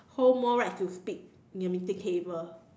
hold more rights to speak in the meeting table